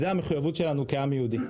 זו המחוייבות שלנו כעם יהודי.